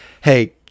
hey